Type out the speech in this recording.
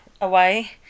away